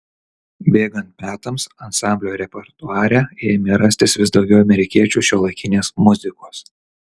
bėgant metams ansamblio repertuare ėmė rastis vis daugiau amerikiečių šiuolaikinės muzikos